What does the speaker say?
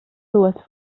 dues